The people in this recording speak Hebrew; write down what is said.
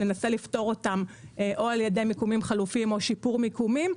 נעשה לפתור אותם או על ידי מיקומים חלופיים או שיפור מיקומים.